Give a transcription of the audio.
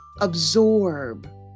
absorb